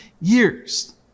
years